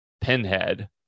Pinhead